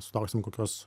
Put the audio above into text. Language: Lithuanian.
sulauksim kokios